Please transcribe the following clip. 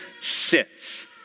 sits